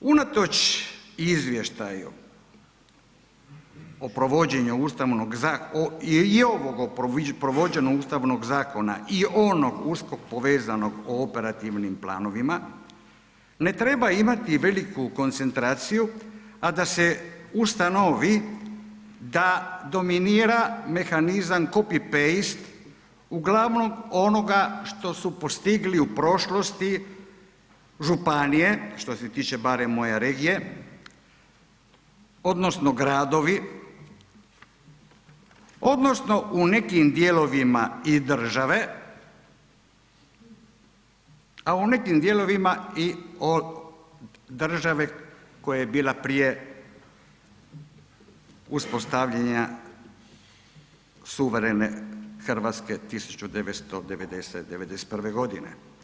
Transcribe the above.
Unatoč izvještaju o provođenju o provođenju Ustavnog zakona i ovog o provođenju Ustavnog zakona i onog uskog povezanog o Operativnim planovima ne treba imati veliku koncentraciju a da se ustanovi da dominira mehanizam copy paste uglavnom onoga što su postigli u prošlosti, županije, što se tiče barem moje regije, odnosno gradovi odnosno u nekim dijelovima i države, a u nekim dijelovima i države koja je bila prije uspostavljanja suverene Hrvatske 1991. godine.